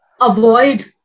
avoid